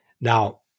Now